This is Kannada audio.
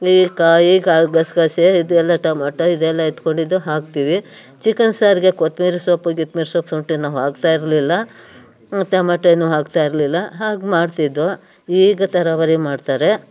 ನೀರು ಕಾಯಿ ಕ ಗಸಗಸೆ ಇದೆಲ್ಲ ಟೊಮಾಟೊ ಇದೆಲ್ಲಾ ಇಟ್ಕೊಂಡಿದ್ದು ಹಾಕ್ತೀವಿ ಚಿಕನ್ ಸಾರಿಗೆ ಕೊತ್ತಂಬ್ರಿ ಸೊಪ್ಪು ಗಿತ್ಮಿರಿ ಸೊಪ್ಪು ಶುಂಠಿ ನಾವು ಹಾಕ್ತಾ ಇರಲಿಲ್ಲ ಟೊಮಟವನ್ನು ಹಾಕ್ತಾ ಇರಲಿಲ್ಲ ಹಾಗೆ ಮಾಡ್ತಿದ್ವೋ ಈಗ ಥರಾವರಿ ಮಾಡ್ತಾರೆ